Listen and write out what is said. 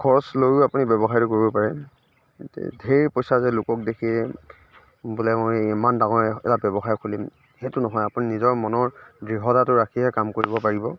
খৰচ লৈও আপুনি ব্য়ৱসায়টো কৰিব পাৰে ঢেৰ পইচা যে লোকক দেখি বোলে মই ইমান ডাঙৰ এটা ব্য়ৱসায় খুলিম সেইটো নহয় আপুনি নিজৰ মনৰ দৃঢ়তাটো ৰাখিহে কাম কৰিব পাৰিব